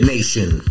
Nation